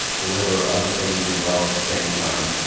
deliver other things as well at the same time,